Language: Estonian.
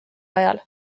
ajal